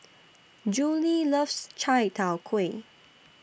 Julie loves Chai Tow Kway